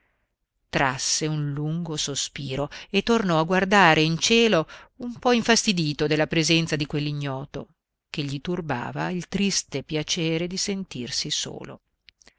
fluente trasse un lungo sospiro e tornò a guardare in cielo un po infastidito della presenza di quell'ignoto che gli turbava il triste piacere di sentirsi solo